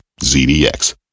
ZDX